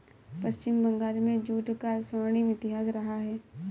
पश्चिम बंगाल में जूट का स्वर्णिम इतिहास रहा है